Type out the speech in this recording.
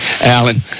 Alan